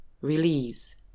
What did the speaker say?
release